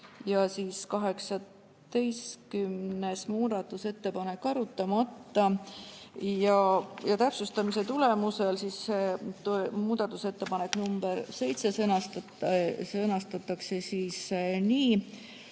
ja 17. muudatusettepanek arutamata. Täpsustamise tulemusel muudatusettepanek nr 9 sõnastatakse nii,